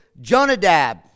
Jonadab